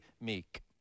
meek